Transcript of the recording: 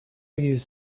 use